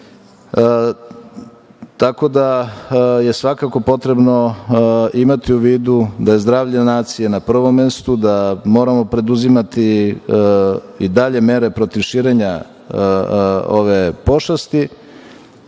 tako da je svakako potrebno imati u vidu da je zdravlje nacije na prvom mestu, da moramo preduzimati i dalje mere protiv širenja ove pošasti. Naučili